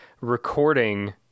recording